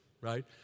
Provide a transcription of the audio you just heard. right